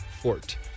Fort